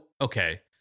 okay